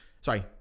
sorry